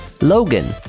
Logan